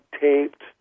taped